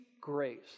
grace